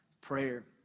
prayer